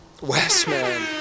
Westman